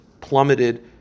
plummeted